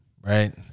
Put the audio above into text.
right